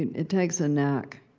it takes a knack.